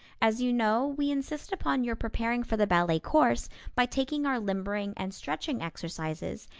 as you know, we insist upon your preparing for the ballet course by taking our limbering and stretching exercises,